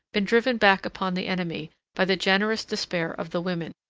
been driven back upon the enemy, by the generous despair of the women,